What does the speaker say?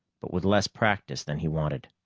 but with less practice than he wanted.